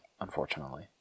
unfortunately